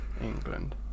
England